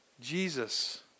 Jesus